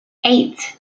eight